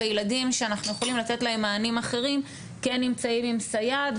וילדים שאנחנו יכולים לתת להם מענים אחרים כן נמצאים עם סייעת,